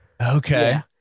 Okay